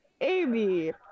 Amy